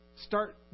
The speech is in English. start